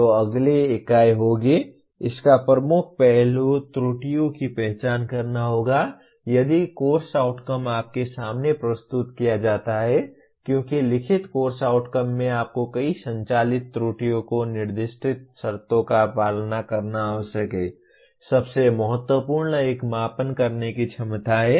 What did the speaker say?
तो अगली इकाई होगी इसका प्रमुख पहलू त्रुटियों की पहचान करना होगा यदि कोर्स आउटकम आपके सामने प्रस्तुत किया जाता है क्योंकि लिखित कोर्स आउटकम में आपको कई संचालित त्रुटियों को निर्दिष्ट शर्तों का पालन करना आवश्यक है सबसे महत्वपूर्ण एक मापन करने की क्षमता है